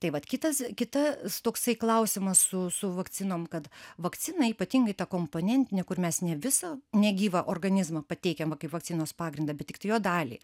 tai vat kitas kitas toksai klausimas su su vakcinom kad vakcina ypatingai ta komponentinė kur mes ne visą negyvą organizmą pateikiam va kaip vakcinos pagrindą bet tiktai jo dalį